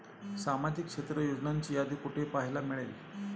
सामाजिक क्षेत्र योजनांची यादी कुठे पाहायला मिळेल?